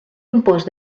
impost